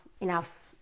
enough